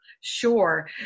Sure